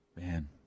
man